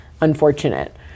unfortunate